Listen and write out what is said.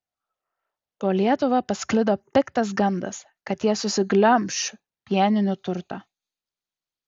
po lietuvą pasklido piktas gandas kad jie susiglemš pieninių turtą